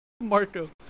Marco